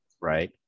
Right